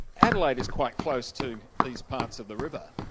adelaide is quite close to these parts of the river.